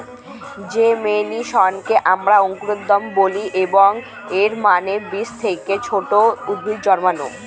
জেমিনেশনকে আমরা অঙ্কুরোদ্গম বলি, এবং এর মানে বীজ থেকে ছোট উদ্ভিদ জন্মানো